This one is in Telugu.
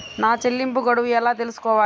నా చెల్లింపు గడువు ఎలా తెలుసుకోవాలి?